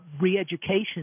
re-education